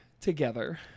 Together